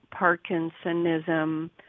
Parkinsonism